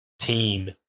team